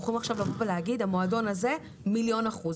יכולים להגיד שהמועדון הזה הוא מאה אחוז.